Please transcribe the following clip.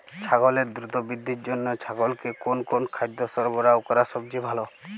ছাগলের দ্রুত বৃদ্ধির জন্য ছাগলকে কোন কোন খাদ্য সরবরাহ করা সবচেয়ে ভালো?